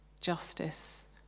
justice